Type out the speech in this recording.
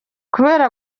kubera